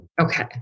Okay